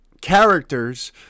characters